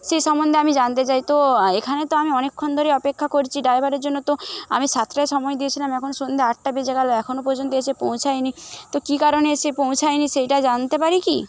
সেই সম্বন্ধে আমি জানতে চাই তো এখানে তো আমি অনেকক্ষণ ধরে অপেক্ষা করছি ড্রাইভারের জন্য তো আমি সাতটায় সময় দিয়েছিলাম এখন সন্ধে আটটা বেজে গেল এখনও পর্যন্ত এসে পৌঁছায়নি তো কী কারণে এসে পৌঁছায়নি সেইটা জানতে পারি কি